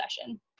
session